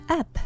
up